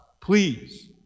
please